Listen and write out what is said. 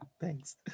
Thanks